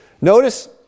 Notice